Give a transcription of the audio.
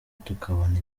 tukabona